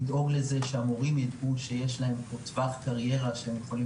לדאוג לזה שהמורים יידעו שיש להם פה טווח קריירה שהם יכולים